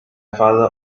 father